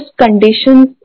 conditions